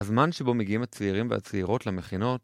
הזמן שבו מגיעים הצעירים והצעירות למכינות